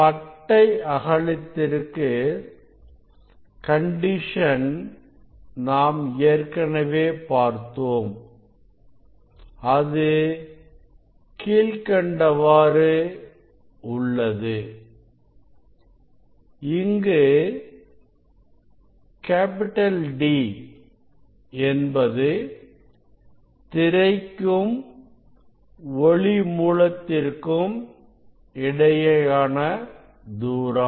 பட்டை அகலத்திற்கு கண்டிஷன் நாம் ஏற்கனவே பார்த்தோம் அது கீழ்கண்டவாறு உள்ளது இங்கு D என்பது திரைக்கும் ஒளி மூலத்திற்கும் இடையேயான தூரம்